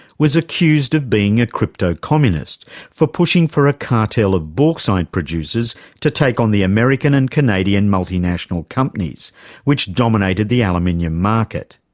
was accused of being a crypto-communist for pushing for a cartel of bauxite producers to take on the american and canadian multinational companies which dominated the aluminium market.